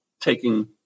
taking